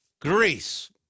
Greece